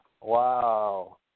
Wow